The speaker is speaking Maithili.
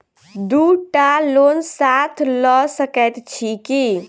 दु टा लोन साथ लऽ सकैत छी की?